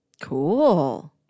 Cool